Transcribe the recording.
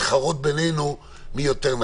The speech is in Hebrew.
כי יש חתונות ויהיו חתונות.